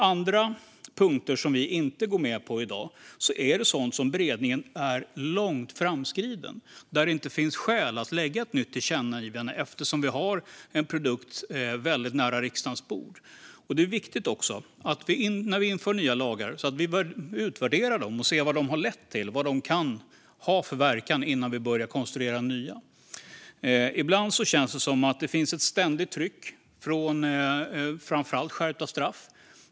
Annat som vi inte går med på i dag gäller ärenden där beredningen är långt framskriden. Då finns det inte skäl att rikta ett nytt tillkännagivande, eftersom vi har en produkt väldigt nära riksdagens bord. När vi inför nya lagar är det viktigt att vi utvärderar dem och ser vad de leder till, vad de kan ha för verkan, innan vi börjar konstruera nya. Ibland känns det som att det finns ett ständigt tryck på framför allt skärpta straff.